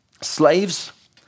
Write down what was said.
Slaves